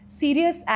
serious